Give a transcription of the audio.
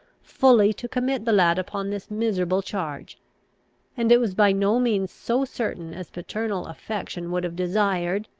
fully to commit the lad upon this miserable charge and it was by no means so certain as paternal affection would have desired,